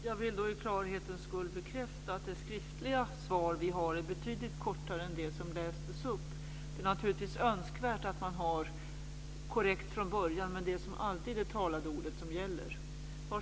Jag vill för klarhetens skull bekräfta att det skriftliga svar vi har är betydligt kortare än det som lästes upp. Det är naturligtvis önskvärt att man från början har det korrekta. Men som alltid är det det talade ordet som gäller.